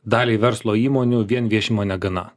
daliai verslo įmonių vien viešinimo negana